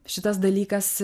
šitas dalykas